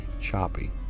choppy